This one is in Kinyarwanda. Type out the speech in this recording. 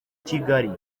kigali